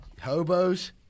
hobos